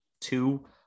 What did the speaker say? two